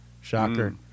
shocker